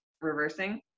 reversing